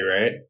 right